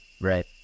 Right